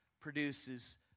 produces